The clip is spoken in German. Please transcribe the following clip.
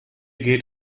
geht